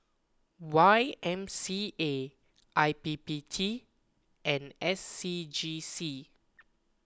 Y M C A I P P T and S C G C